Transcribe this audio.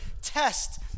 test